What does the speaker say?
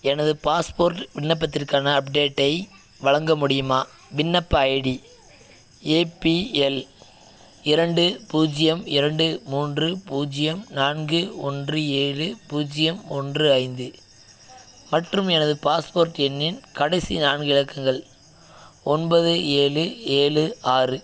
எனது பாஸ்போர்ட் விண்ணப்பத்திற்கான அப்டேட்டை வழங்க முடியுமா விண்ணப்ப ஐடி ஏபிஎல் இரண்டு பூஜ்ஜியம் இரண்டு மூன்று பூஜ்ஜியம் நான்கு ஒன்று ஏழு பூஜ்ஜியம் ஒன்று ஐந்து மற்றும் எனது பாஸ்போர்ட் எண்ணின் கடைசி நான்கு இலக்கங்கள் ஒன்பது ஏழு ஏழு ஆறு